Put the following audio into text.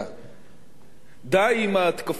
די עם ההתקפות הפרועות הללו,